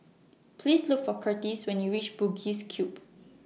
Please Look For Curtis when YOU REACH Bugis Cube